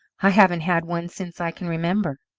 i haven't had one since i can remember.